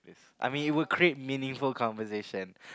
I mean it would create meaningful conversation